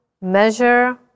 measure